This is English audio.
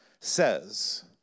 says